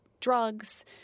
drugs